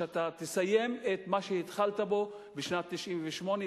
שאתה תסיים את מה שהתחלת בשנת 1998,